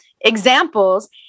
examples